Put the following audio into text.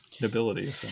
nobility